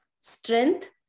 Strength